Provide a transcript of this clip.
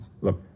Look